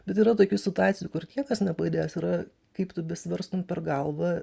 bet yra tokių situacijų kur niekas nepadės yra kaip tu besiverstum per galvą